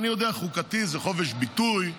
אני יודע שחוקתי זה חופש ביטוי,